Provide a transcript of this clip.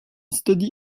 study